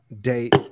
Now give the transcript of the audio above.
date